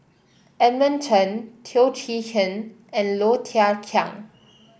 Edmund Chen Teo Chee Hean and Low Thia Khiang